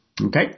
Okay